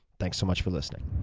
thanks so much for listening